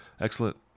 excellent